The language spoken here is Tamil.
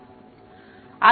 மாணவர் ஆம் சரி